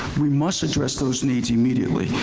we must address those needs immediately.